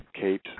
Kate